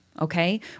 Okay